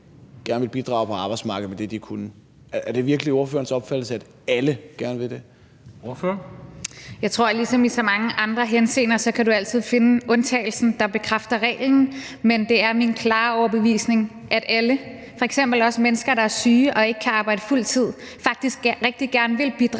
gerne vil det? Kl. 19:55 Formanden (Henrik Dam Kristensen): Ordføreren. Kl. 19:55 Rosa Lund (EL): Jeg tror ligesom i så mange andre henseender, at du altid kan finde undtagelsen, der bekræfter reglen. Men det er min klare overbevisning, at alle, f.eks. også mennesker, der er syge og ikke kan arbejde på fuld tid, faktisk rigtig gerne vil bidrage